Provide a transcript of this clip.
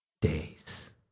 days